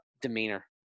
demeanor